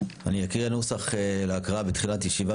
אני אקריא את הנוסח להקראה בתחילת ישיבה